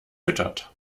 füttert